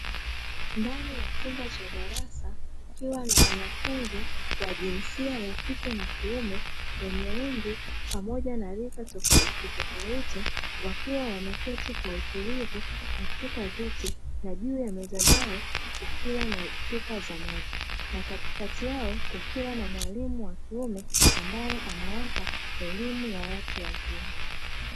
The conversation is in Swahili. Ndani ya chumba cha darasa; kukiwa na wanafunzi wa jinsia ya kike na kiume wenye umri pamoja na rika tofautitofauti, wakiwa wameketi kwa utulivu katika viti na juu ya meza zao kukiwa na chupa za maji, na katikati yao kukiwa na mwalimu wa kiume ambaye anawapa elimu ya watu wazima.